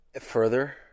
Further